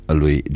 lui